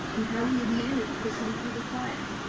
and how he had managed to come through the fire.